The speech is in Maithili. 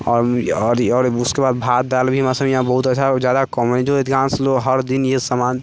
आओर आओर आओर उसके बाद भात दालि भी मौसम भी इहाँ बहुत ऐसा जादा कोमन हय जो अधिकांश लोग हर दिन इएह सामान